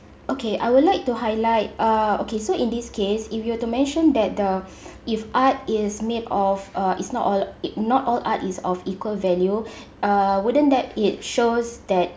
okay I would like to highlight uh okay so in this case if you were to mention that the if art is made of uh it's not all if not all art is of equal value uh wouldn't that it shows that